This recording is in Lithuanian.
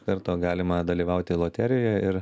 karto galima dalyvauti loterijoje ir